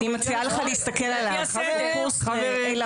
אני מציעה לך להסתכל עליו, הוא קורס לעילא ולעילא.